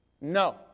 No